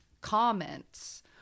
comments